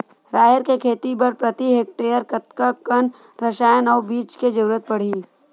राहेर के खेती बर प्रति हेक्टेयर कतका कन रसायन अउ बीज के जरूरत पड़ही?